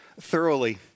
thoroughly